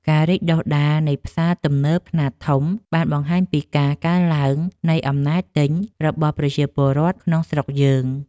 ការរីកដុះដាលនៃផ្សារទំនើបខ្នាតធំបានបង្ហាញពីការកើនឡើងនៃអំណាចទិញរបស់ប្រជាពលរដ្ឋក្នុងស្រុកយើង។